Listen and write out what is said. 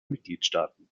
mitgliedstaaten